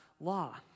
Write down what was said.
law